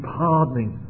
pardoning